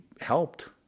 helped